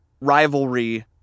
rivalry